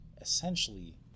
essentially